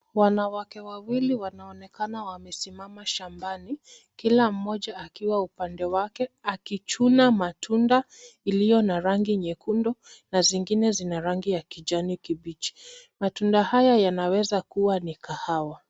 Wanawake wawili wanaonekana wamesimama shambani kila mmoja akiwa upande wake akichuna matunda iliyo na rangi nyekundu na zingine zina rangi ya kijani kibichi matunda haya yanaweza kuwa ni kahawa.